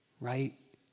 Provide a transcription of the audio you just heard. right